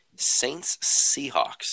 Saints-Seahawks